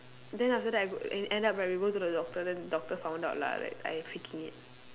then after that I go e~ end up right we go to the doctor then doctor found out lah like I faking it